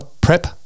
prep